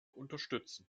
unterstützen